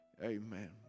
amen